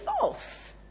false